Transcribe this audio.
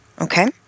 Okay